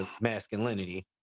masculinity